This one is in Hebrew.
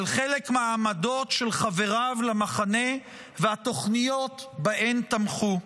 על חלק מהעמדות של חבריו למחנה והתוכניות שבהן תמכו.